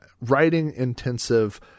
writing-intensive